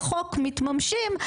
בחוק מתממשים,